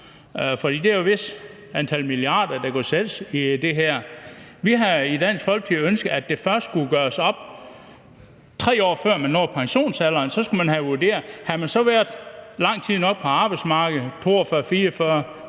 for det er jo et vist antal milliarder, der skal i det her. Vi havde i Dansk Folkeparti ønsket, at det først skulle gøres op, 3 år før man nåede pensionsalderen – så skulle man have vurderet, om man så havde været lang nok tid på arbejdsmarkedet, 42,